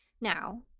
Now